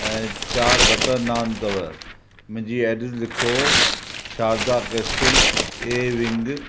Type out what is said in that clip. ऐं चारि बटर नान अथव मुंहिंजी एड्रैस लिखो Sharda guest hill A wing